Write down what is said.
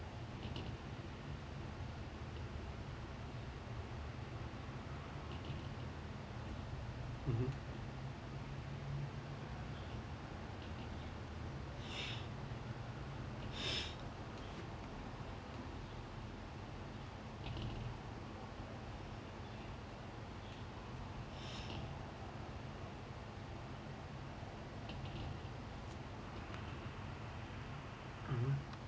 mmhmm mmhmm